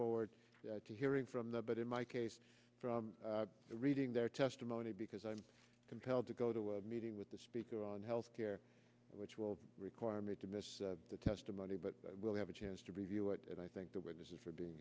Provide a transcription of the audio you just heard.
forward to hearing from them but in my case from reading their testimony because i'm compelled to go to a meeting with the speaker on health care which will require me to miss the testimony but we'll have a chance to review what i think the witnesses for being